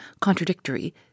contradictory